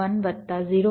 1 વત્તા 0